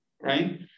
Right